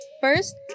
First